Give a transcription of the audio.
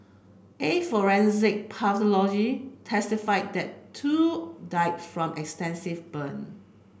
a forensic pathologist testified that two died from extensive burn